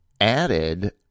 added